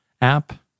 app